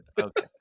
Okay